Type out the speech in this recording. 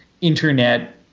internet